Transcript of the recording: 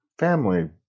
Family